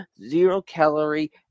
zero-calorie